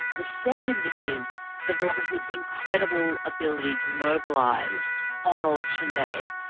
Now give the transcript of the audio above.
the second is the brotherhood's incredible ability to mobilise on election day.